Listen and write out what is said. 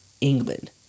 England